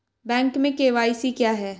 Bank में KYC क्या है?